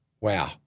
wow